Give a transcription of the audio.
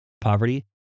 poverty